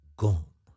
gone